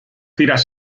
tiras